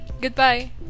goodbye